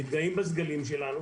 מתגאים בסגלים שלנו,